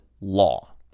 law